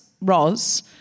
Roz